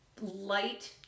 light